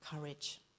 courage